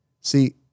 See